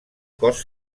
cos